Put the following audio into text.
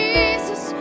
Jesus